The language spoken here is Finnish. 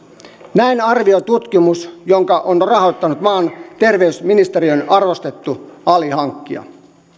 näin arvioi tutkimus jonka on rahoittanut maan terveysministeriön arvostettu alihankkija